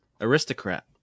Aristocrat